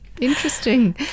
Interesting